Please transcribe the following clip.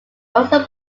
also